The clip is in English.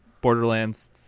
Borderlands